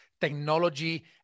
technology